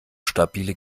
stabile